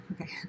Okay